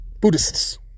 Buddhists